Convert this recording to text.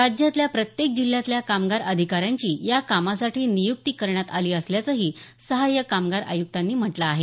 राज्यातल्या प्रत्येक जिल्ह्यातल्या कामगार अधिकाऱ्यांची या कामासाठी निय्क्ती करण्यात आली असल्याचही सहायक कामगार आयुक्तांनी म्हटलं आहे